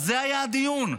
זה היה הדיון,